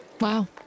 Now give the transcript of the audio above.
Wow